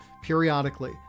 periodically